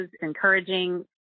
encouraging